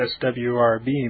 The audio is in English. SWRB